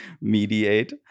mediate